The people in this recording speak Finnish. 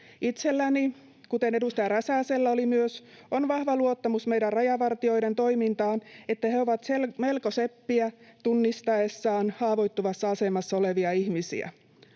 Itselläni, kuten edustaja Räsäsellä oli myös, on vahva luottamus meidän rajavartioiden toimintaan, siihen, että he ovat melko seppiä tunnistaessaan haavoittuvassa asemassa olevia ihmisiä.